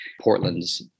portland's